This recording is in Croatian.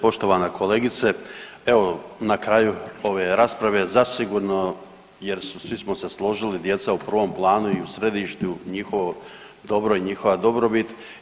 Poštovana kolegice, evo na kraju ove rasprave zasigurno jer svi smo se složili djeca u prvom planu i u središtu njihovo dobro i njihova dobrobit.